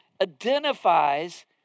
identifies